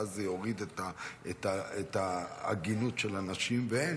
ואז זה יוריד את העגינות של הנשים, ואין.